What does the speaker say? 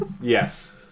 Yes